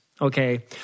Okay